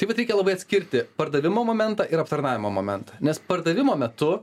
tai vat reikia labai atskirti pardavimo momentą ir aptarnavimo momentą nes pardavimo metu